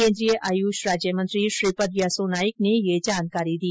केंद्रीय आयुष राज्य मंत्री श्रीपद यसो नाइक ने यह जानकारी दी